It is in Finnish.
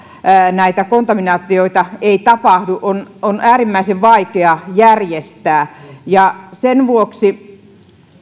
näitä kontaminaatioita ei tapahdu on on äärimmäisen vaikea järjestää sen vuoksi